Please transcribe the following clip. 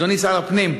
אדוני שר הפנים.